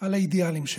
על האידיאלים שלה.